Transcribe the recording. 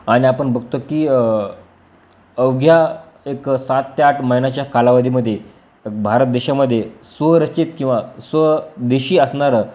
आणि आपण बघतो की अवघ्या एक सात ते आठ महिन्याच्या कालावधीमध्ये भारत देशामध्ये स्वरचित किंवा स्वदेशी असणारं